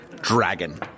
dragon